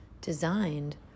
designed